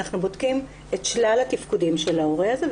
אנחנו בודקים את שלל התקודים של ההורה הזה.